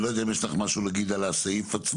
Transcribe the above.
אני לא יודע אם יש לך משהו להגיד על הסעיף עצמו.